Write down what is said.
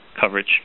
coverage